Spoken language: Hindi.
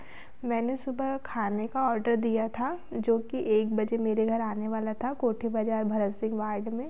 मैंने सुबह खाने का ऑर्डर दिया था जो कि एक बजे मेरे घर आने वाला था कोठी बाज़ार भरत सिंह वार्ड में